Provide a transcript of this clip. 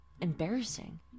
embarrassing